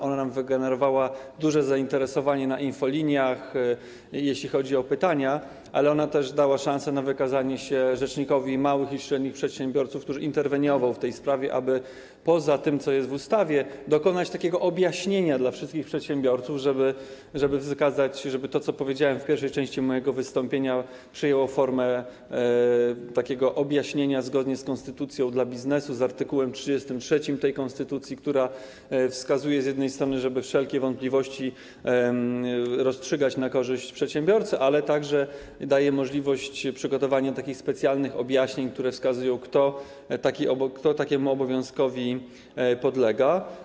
Ona nam wygenerowała duże zainteresowanie na infoliniach, jeśli chodzi o pytania, ale dała też szansę na wykazanie się rzecznikowi małych i średnich przedsiębiorców, który interweniował w tej sprawie, aby poza tym, co jest w ustawie, dokonać takiego objaśnienia w przypadku wszystkich przedsiębiorców, żeby to, o czym powiedziałem w pierwszej części mojego wystąpienia, przyjęło formę takiego objaśnienia zgodnie z konstytucją dla biznesu, z art. 33 tej konstytucji, która wskazuje z jednej strony, żeby wszelkie wątpliwości rozstrzygać na korzyść przedsiębiorcy, a z drugiej strony daje możliwość przygotowania specjalnych objaśnień, które wskazują, kto takiemu obowiązkowi podlega.